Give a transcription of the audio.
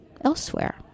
elsewhere